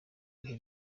bihe